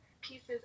pieces